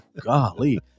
golly